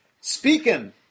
Speaking